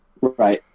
Right